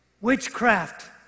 witchcraft